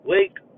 Wake